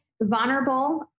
vulnerable